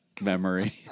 Memory